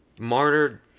Martyr